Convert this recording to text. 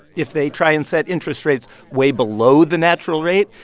if they try and set interest rates way below the natural rate,